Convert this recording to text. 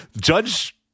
Judge